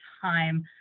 time